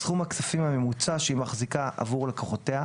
סכום הכספים שהיא מחזיקה בעבור לקוחותיה,